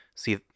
See